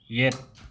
ꯌꯦꯠ